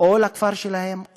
או לכפר שלהם,